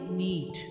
need